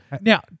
Now